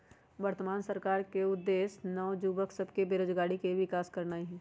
वर्तमान सरकार के उद्देश्य नओ जुबक सभ में स्वरोजगारी के विकास करनाई हई